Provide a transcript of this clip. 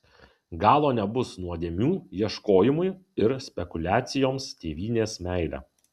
galo nebus nuodėmių ieškojimui ir spekuliacijoms tėvynės meile